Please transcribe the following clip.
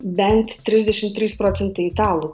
bent trisdešimt trys procentai italų